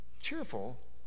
cheerful